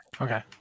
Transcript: Okay